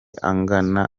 angana